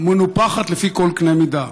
ומנופחת לפי כל קנה מידה.